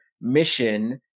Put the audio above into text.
Mission